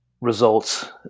results